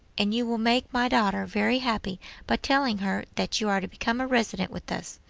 and you will make my daughter very happy by telling her that you are to become a resident with us.